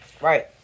Right